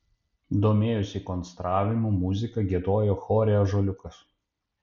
domėjosi konstravimu muzika giedojo chore ąžuoliukas